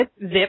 zip